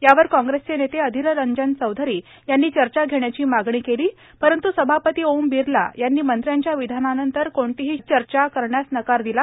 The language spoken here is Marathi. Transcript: यावर काँग्रेसचे नेते अधीर रंजन चौधरी यांनी चर्चा घेण्याची मागणी केली परंतु सभापती ओम बिर्ला यांनी मंत्र्यांच्या विधानानंतर कोणतीही चर्चा करण्यास नकार दिला